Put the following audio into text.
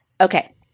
Okay